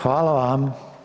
Hvala vam.